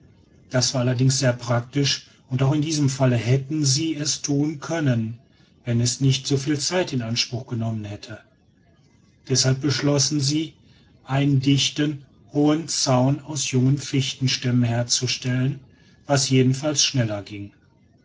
das war allerdings sehr praktisch und auch in diesem falle hätten sie es thun können wenn es nicht so viel zeit in anspruch genommen hätte deshalb beschlossen sie einen dichten hohen zaun aus jungen fichtenstämmen herzustellen was jedenfalls schneller ging